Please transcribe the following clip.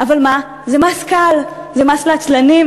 לא מה יחזק את אזרחי ישראל,